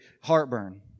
heartburn